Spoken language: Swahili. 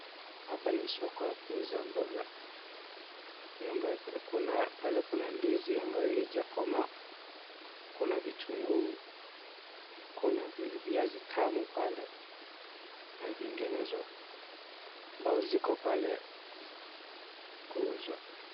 Hapa ni soko ya kuuza mboga. Pale kuna ndizi ambayo haijakomaa. Kuna vitunguu, kuna viazi tamu pale na vinginezo ambayo ziko pale kuuzwa.